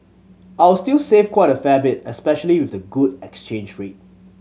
I'll still save quite a fair bit especially with the good exchange rate